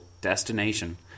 destination